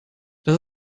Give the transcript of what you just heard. das